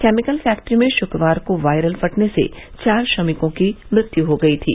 chemical factory में शुक्रवार को वायरल फटने से चार श्रमिकों की मृत्यु हो गयी थी